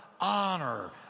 honor